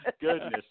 goodness